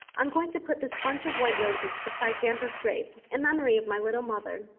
i'm going to put this bunch of white roses beside grandpa's grave in memory of my little mother.